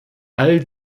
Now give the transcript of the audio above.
all